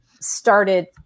started